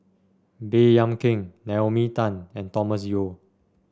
Baey Yam Keng Naomi Tan and Thomas Yeo